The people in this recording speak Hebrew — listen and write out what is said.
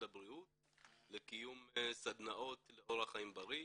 הבריאות לקיום סדנאות לאורח חיים בריא.